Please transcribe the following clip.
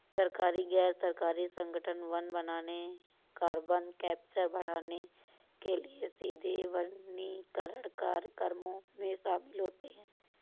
सरकारी, गैर सरकारी संगठन वन बनाने, कार्बन कैप्चर बढ़ाने के लिए सीधे वनीकरण कार्यक्रमों में शामिल होते हैं